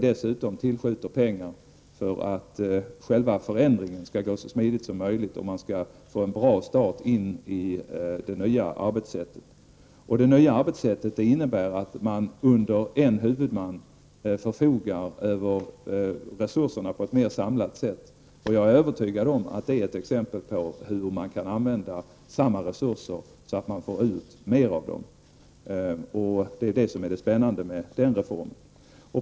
Dessutom tillskjuter vi pengar för att förändringen skall kunna ske så smidigt som möjligt och för att det nya arbetetssättet skall få en bra start. Det nya arbetssättet innebär att en huvudman förfogar över resurserna på ett mer samlat sätt. Jag är övertygad om att detta blir ett exempel på hur man kan använda resurserna så att man får ut mer av dem. Det är detta som är det spännande med den reformen.